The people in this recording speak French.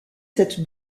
cette